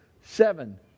seven